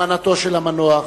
אלמנתו של המנוח,